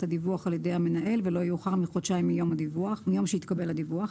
הדיווח על ידי המנהל ולא יאוחר מחודשים מיום שהתקבל הדיווח.